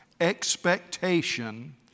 expectation